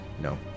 No